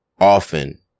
often